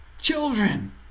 children